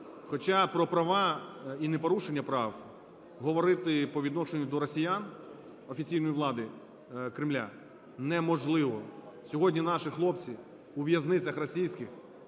Хоча про права і непорушення прав говорити по відношенню до росіян, офіційної влади Кремля неможливо. Сьогодні наші хлопці у в'язницях російських